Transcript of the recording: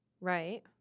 Right